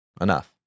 enough